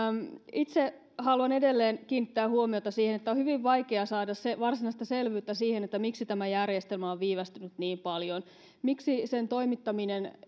itse haluan edelleen kiinnittää huomiota siihen että on hyvin vaikea saada varsinaista selvyyttä siihen miksi tämä järjestelmä on on viivästynyt niin paljon miksi sen toimittaminen